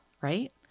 right